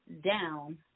down